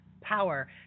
power